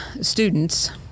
students